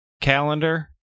calendar